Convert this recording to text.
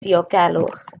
diogelwch